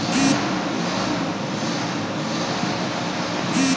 खेती लगी जमीन के बढ़ियां उपयोग करऽ